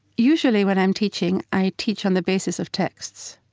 usually when i'm teaching i teach on the basis of texts.